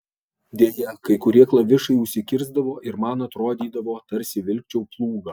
deja kai kurie klavišai užsikirsdavo ir man atrodydavo tarsi vilkčiau plūgą